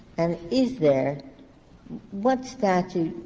and is there what statute